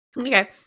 Okay